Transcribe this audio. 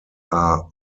are